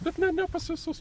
bet ne ne pas visus